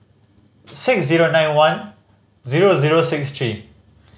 six zero nine one zero zero six three